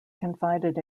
confided